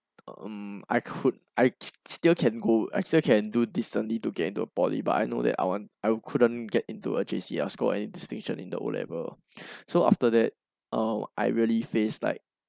mm I could I still still can go I still can do decently to get into a poly but I know that I want I couldn't get into a J_C or score any distinction in the O level so after that oh I really face like